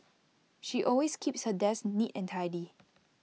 she always keeps her desk neat and tidy